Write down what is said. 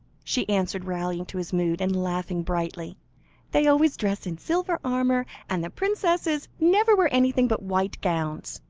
she answered, rallying to his mood, and laughing brightly they always dress in silver armour, and the princesses never wear anything but white gowns.